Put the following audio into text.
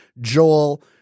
Joel